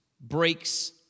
breaks